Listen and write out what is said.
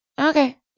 Okay